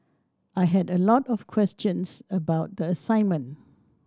I had a lot of questions about the assignment